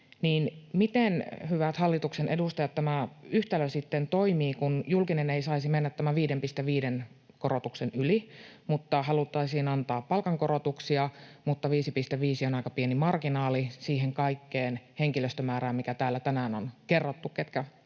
miten, hyvät hallituksen edustajat, tämä yhtälö sitten toimii, kun julkinen ei saisi mennä tämän 5,5:n korotuksen yli mutta haluttaisiin antaa palkankorotuksia? 5,5 on aika pieni marginaali siihen kaikkeen henkilöstömäärään, mikä täällä tänään on kerrottu.